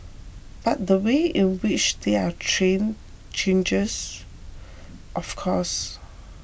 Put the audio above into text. but the way in which they are trained changes of course